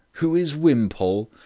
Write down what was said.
who is wimpole?